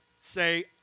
say